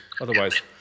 otherwise